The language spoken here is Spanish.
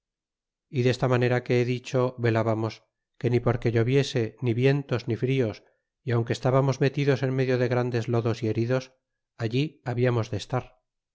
y desta manera que he dicho velábamos que ni porque lloviese ni vientos ni frios y aunque estábamos metidos en medio de grandes lodos y heridos allí habiarnos de estar